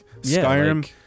Skyrim